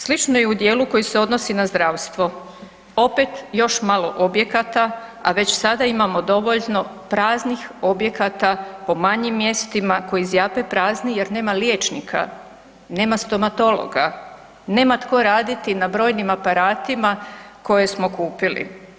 Slično je i u djelu koji se odnosi na zdravstvo, opet još malo objekata a već sada imamo dovoljno praznih objekata po manjim mjestima koji zjape prazni jer nema liječnika, nema stomatologa, nema tko raditi na brojnim aparatima koje smo kupili.